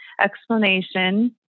explanation